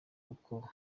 koko